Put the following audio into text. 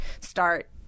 start